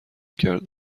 کرده